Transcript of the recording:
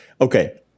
okay